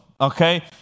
Okay